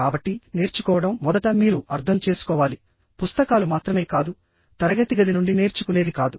కాబట్టి నేర్చుకోవడం మొదట మీరు అర్థం చేసుకోవాలి పుస్తకాలు మాత్రమే కాదు తరగతి గది నుండి నేర్చుకునేది కాదు